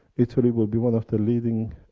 italy will be one of the leading